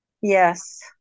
Yes